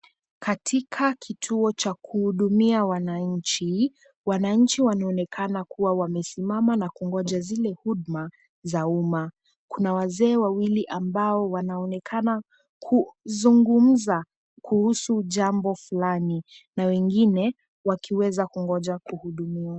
Katika kituo cha kuhudumia wananchi, wananchi wanaonekana kuwa wamesimama na kungonja zile huduma za umma. Kuna wazee wawili ambao wanaonekana kuzungumza kuhusu jambo fulani na wengine wakiweza kungoja kuhudumiwa.